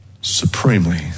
supremely